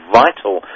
vital